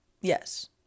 Yes